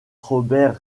robert